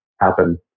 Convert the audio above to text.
happen